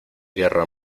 guerra